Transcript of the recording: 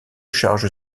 charge